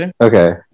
Okay